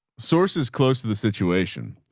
sources close to the situation,